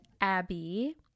Abby